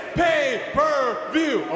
pay-per-view